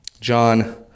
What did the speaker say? John